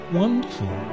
wonderful